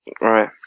Right